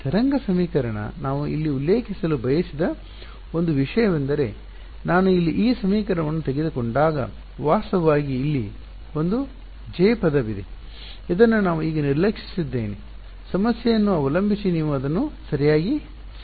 ತರಂಗ ಸಮೀಕರಣ ನಾನು ಇಲ್ಲಿ ಉಲ್ಲೇಖಿಸಲು ಬಯಸಿದ ಒಂದು ವಿಷಯವೆಂದರೆ ನಾನು ಇಲ್ಲಿ ಈ ಸಮೀಕರಣವನ್ನು ತೆಗೆದುಕೊಂಡಾಗ ವಾಸ್ತವವಾಗಿ ಇಲ್ಲಿ ಒಂದು J ಪದವಿದೆ ಇದನ್ನು ನಾನು ಈಗ ನಿರ್ಲಕ್ಷಿಸಿದ್ದೇನೆ ಸಮಸ್ಯೆಯನ್ನು ಅವಲಂಬಿಸಿ ನೀವು ಅದನ್ನು ಸರಿಯಾಗಿ ಸೇರಿಸಬೇಕಾಗಿದೆ